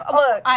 look